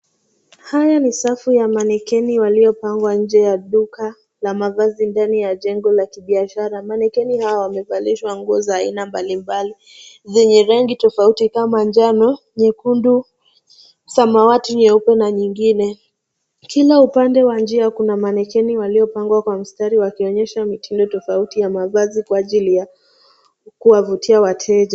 Haya ni safu ya manikeni waliopangwa nje ya duka la mavazi ndani ya jengo la kibiashara. Manikeni hawa wamevalishwa nguo za aina mbalimbali zenye rangi tofauti kama njano, nyekundu, samawati, nyeupe na nyingine. Kila upande wa njia kuna manikeni waliopangwa kwa mstari wakionyesha mitindo tofauti ya mavazi kwa ajili ya kuwavutia wateja.